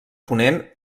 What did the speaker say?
ponent